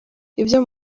ibyo